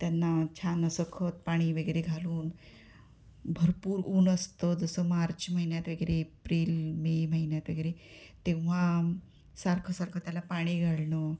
त्यांना छान असं खत पाणी वगैरे घालून भरपूर ऊन असतं जसं मार्च महिन्यात वगैरे एप्रिल मे महिन्यात वगैरे तेव्हा सारखं सारखं त्याला पाणी घालणं